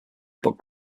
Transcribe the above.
but